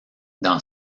dans